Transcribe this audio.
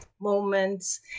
moments